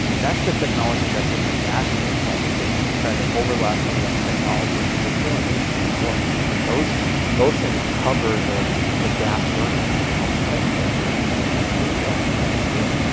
that's the technology that's in their gas grills. so i think they tried to overlap some of that technology into this grill and it just didn't work because those those things cover the the gas burners and they help protect the gas burners and they work really well on a gas grill.